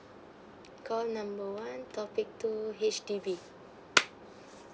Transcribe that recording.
call number one topic two H_D_B